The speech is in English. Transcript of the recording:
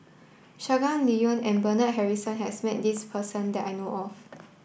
Shangguan Liuyun and Bernard Harrison has met this person that I know of